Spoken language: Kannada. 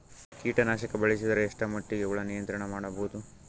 ಕೀಟನಾಶಕ ಬಳಸಿದರ ಎಷ್ಟ ಮಟ್ಟಿಗೆ ಹುಳ ನಿಯಂತ್ರಣ ಮಾಡಬಹುದು?